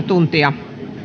tuntia